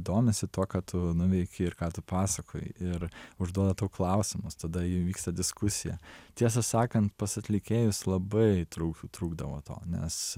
domisi tuo ką tu nuveikei ir ką tu pasakoji ir užduoda tau klausimus tada įvyksta diskusija tiesą sakant pas atlikėjus labai trūk trūkdavo to nes